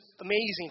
amazing